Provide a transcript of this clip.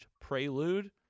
prelude